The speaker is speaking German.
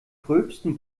gröbsten